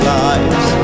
lives